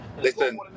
Listen